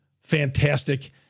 fantastic